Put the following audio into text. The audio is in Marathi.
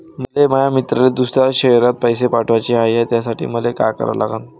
मले माया मित्राले दुसऱ्या शयरात पैसे पाठवाचे हाय, त्यासाठी मले का करा लागन?